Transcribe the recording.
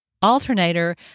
alternator